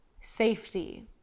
safety